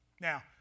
Now